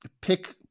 Pick